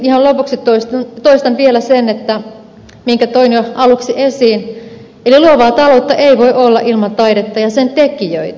ihan lopuksi toistan vielä sen minkä toin jo aluksi esiin eli luovaa taloutta ei voi olla ilman taidetta ja sen tekijöitä